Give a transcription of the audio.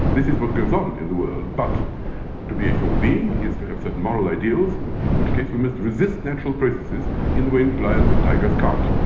this is what goes on in the world. but to be a human being is to have certain moral ideals in which case we must resist natural processes in the way lions and tigers can't.